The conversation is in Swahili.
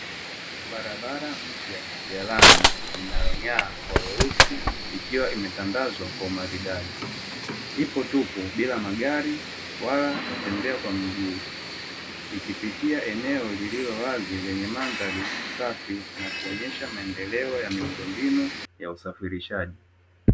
Barabara mpya ya lami inayong'aa kwa weusi ikiwa imetandazwa kwa umaridadi, ipo tupu bila magari wala watembea kwa miguu ikipitia eneo lililo wazi lenye mandhari safi na kuonyesha maendeleo ya miundombinu ya usafirishaji.